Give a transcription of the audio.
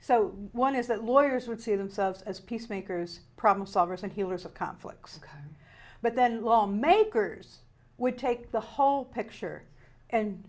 so one is that lawyers would see themselves as peacemakers problem solvers and healers of conflicts but then law makers would take the whole picture and